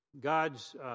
God's